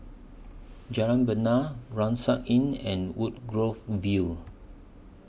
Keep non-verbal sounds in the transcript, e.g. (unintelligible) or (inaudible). Jalan Bena (unintelligible) Inn and Woodgrove View